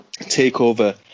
takeover